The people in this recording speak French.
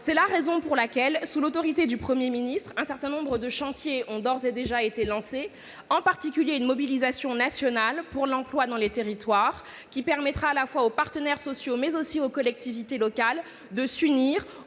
C'est la raison pour laquelle, sous l'autorité du Premier ministre, un certain nombre de chantiers ont d'ores et déjà été lancés, en particulier une mobilisation nationale pour l'emploi dans les territoires, qui permettra aux partenaires sociaux et aux collectivités locales de s'unir